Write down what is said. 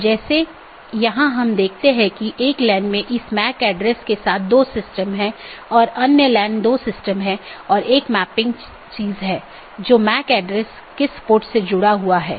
तो इसका मतलब है अगर मैं AS1 के नेटवर्क1 से AS6 के नेटवर्क 6 में जाना चाहता हूँ तो मुझे क्या रास्ता अपनाना चाहिए